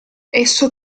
esso